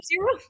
zero